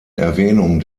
erwähnung